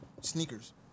sneakers